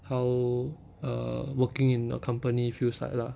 how uh working in a company feels like lah